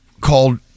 called